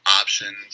options